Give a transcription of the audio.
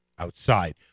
outside